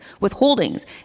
withholdings